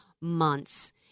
months